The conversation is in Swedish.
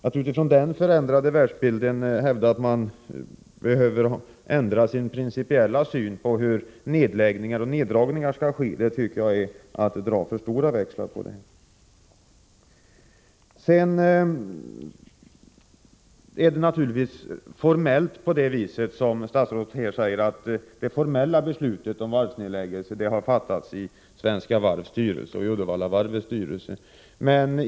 Att utifrån denna förändrade världsbild hävda att man behöver ändra sin principiella syn på hur nedläggningar och neddragningar skall ske tycker jag ändå är att dra för stora växlar. Formellt är det naturligtvis så som statsrådet säger, att det formella beslutet om varvsnedläggelse har fattats i Svenska Varvs styrelse och i Uddevallavarvets styrelse.